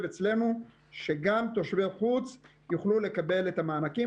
אצלנו כדי שגם תושבי חוץ יוכלו לקבל את המענקים.